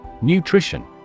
Nutrition